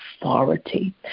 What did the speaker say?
authority